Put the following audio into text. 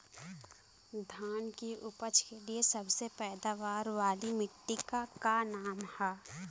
धान की उपज के लिए सबसे पैदावार वाली मिट्टी क का नाम ह?